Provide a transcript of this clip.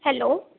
hello